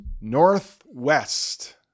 northwest